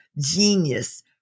genius